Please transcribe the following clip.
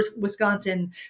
Wisconsin